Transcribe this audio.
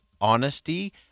honesty